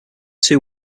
two